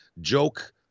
joke